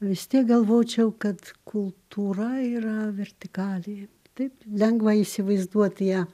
vis tiek galvočiau kad kultūra yra vertikalė taip lengva įsivaizduoti ją